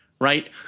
right